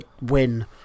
win